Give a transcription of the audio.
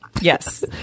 Yes